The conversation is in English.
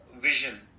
vision